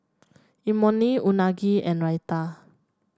Imoni Unagi and Raita